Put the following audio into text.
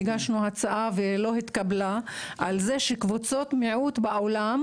הגשנו הצעה והיא לא התקבלה על כך שקבוצות מיעוט בעולם